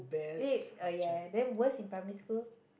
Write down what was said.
eh uh ya then worst in primary school